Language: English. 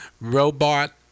robot